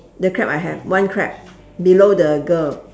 the crab I have one crab below the girl